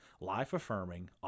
life-affirming